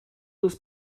this